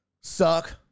suck